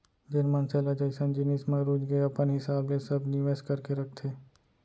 जेन मनसे ल जइसन जिनिस म रुचगे अपन हिसाब ले सब निवेस करके रखथे